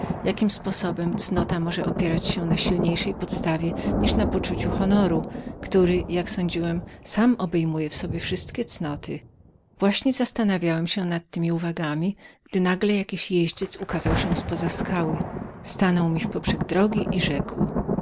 jakim sposobem cnota może opierać się na silniejszej podstawie jak na uczuciu własnego honoru który sam obejmował w sobie wszystkie cnoty właśnie zastanawiałem się nad temi uwagami gdy nagle jakiś jedździecjeździec ukazał się z poza skały stanął mi w poprzek drogi i rzekł